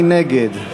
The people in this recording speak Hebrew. מי נגד?